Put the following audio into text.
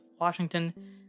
Washington